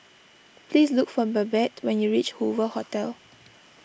please look for Babette when you reach Hoover Hotel